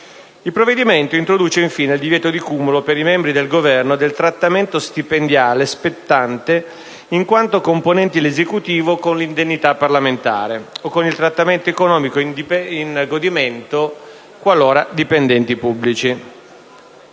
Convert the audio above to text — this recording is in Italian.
Il provvedimento introduce infine il divieto di cumulo per i membri del Governo del trattamento stipendiale spettante in quanto componenti l'Esecutivo con l'indennità parlamentare (o con il trattamento economico in godimento, se dipendenti pubblici).